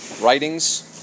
Writings